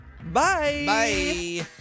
Bye